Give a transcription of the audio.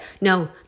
no